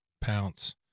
pounce